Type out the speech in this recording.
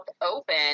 open